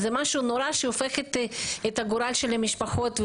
זה משהו נורא שהופך את הגורל של המשפחות,